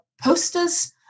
posters